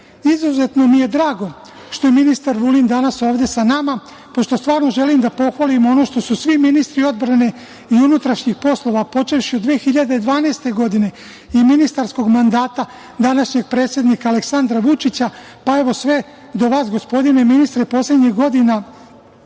mi je drago što je ministar Vulin danas ovde sa nama pošto stvarno želim da pohvalim ono što su svi ministri odbrane i unutrašnjih poslova, počevši od 2012. godine i ministarskog mandata današnjeg predsednika Aleksandra Vučića, pa evo sve do vas gospodine ministre, poslednjih godina